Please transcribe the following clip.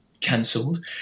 cancelled